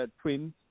twins